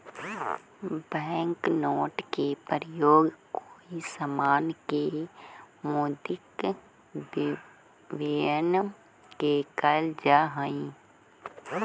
bank note के प्रयोग कोई समान के मौद्रिक विनिमय में कैल जा हई